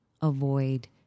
avoid